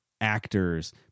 actors